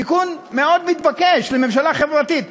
תיקון מאוד מתבקש לממשלה חברתית.